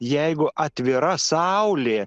jeigu atvira saulė